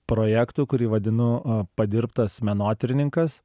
projektų kurį vadinu padirbtas menotyrininkas